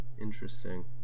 Interesting